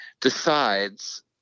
decides